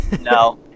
no